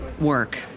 work